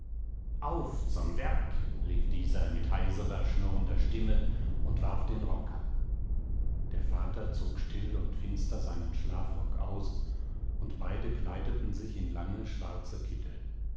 auf zum werk rief dieser mit heiserer schnurrender stimme und warf den rock ab der vater zog still und finster seinen schlafrock aus und beide kleideten sich in lange schwarze kittel